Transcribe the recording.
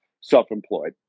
self-employed